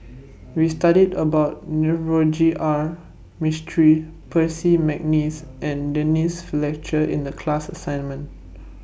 We studied about Navroji R Mistri Percy Mcneice and Denise Fletcher in The class assignment